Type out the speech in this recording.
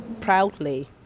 proudly